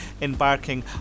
embarking